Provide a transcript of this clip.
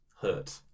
hurt